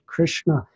Krishna